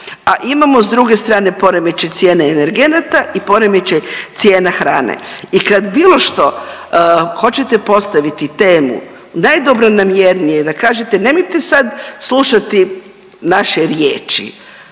A imamo s druge strane poremećaj cijene energenata i poremećaj cijena hrane i kad bilo što hoćete postaviti temu najdobronamjernije da kažete nemojte sad slušati naše riječi,